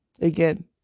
Again